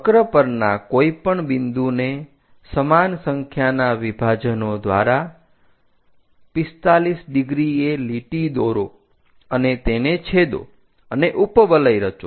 વક્ર પરના કોઈ પણ બિંદુને સમાન સંખ્યાના વિભાજનો દ્વારા 45° એ લીટી દોરો અને તેને છેદો અને ઉપવલય રચો